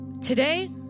today